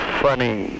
funny